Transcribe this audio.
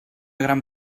gran